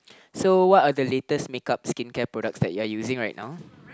so what are the latest make up skin care products that you are using right now